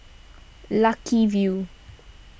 Lucky View